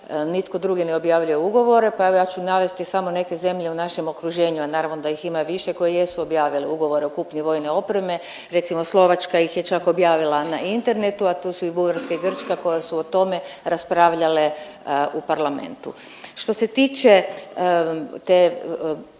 nitko drugi ne objavljuje ugovore pa evo ja ću navesti samo neke zemlje u našem okruženju, a naravno da ih ima više koje jesu objavile ugovore o kupnji vojne opreme. Recimo Slovačka ih je čak objavila na internetu, a tu su i Bugarska i Grčka koje su o tome raspravljale u parlamentu. Što se tiče te